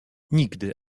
nigdy